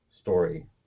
story